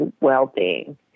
well-being